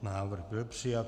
Návrh byl přijat.